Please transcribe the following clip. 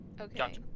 Okay